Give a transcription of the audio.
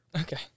Okay